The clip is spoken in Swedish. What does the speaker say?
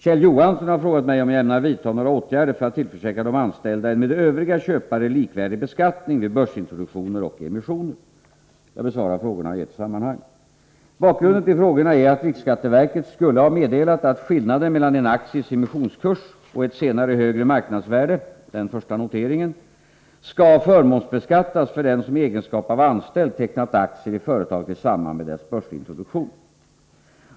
Kjell Johansson har frågat mig om jag ämnar vidta några åtgärder för att tillförsäkra de anställda en med övriga köpare likvärdig beskattning vid börsintroduktioner och emissioner. Jag besvarar frågorna i ett sammanhang. Bakgrunden till frågorna är att riksskatteverket skulle ha meddelat att skillnaden mellan en akties emissionskurs och ett senare högre marknadsvärde — den första noteringen — skall förmånsbeskattas för den som i egenskap av anställd tecknat aktier i företaget i samband med dess börsintroduktion.